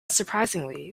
surprisingly